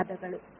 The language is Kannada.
ಧನ್ಯವಾದಗಳು